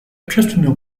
общественный